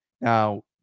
Now